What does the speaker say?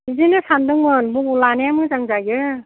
बिदिनो सानदोंमोन बबेयाव लानाया मोजां जायो